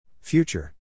Future